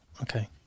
Okay